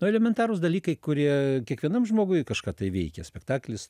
nu elementarūs dalykai kurie kiekvienam žmogui kažką tai veikia spektaklis